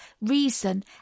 reason